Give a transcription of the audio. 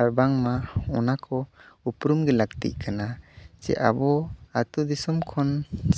ᱟᱨ ᱵᱟᱝᱢᱟ ᱚᱱᱟ ᱠᱚ ᱩᱯᱨᱩᱢ ᱜᱮ ᱞᱟᱹᱠᱛᱤᱜ ᱠᱟᱱᱟ ᱪᱮ ᱟᱵᱚ ᱟᱛᱳ ᱫᱤᱥᱚᱢ ᱠᱷᱚᱱ